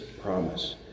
promise